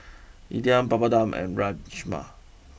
Idili Papadum and Rajma